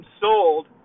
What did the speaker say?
sold